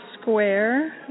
square